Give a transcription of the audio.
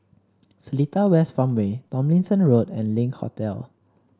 Seletar West Farmway Tomlinson Road and Link Hotel